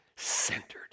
Centered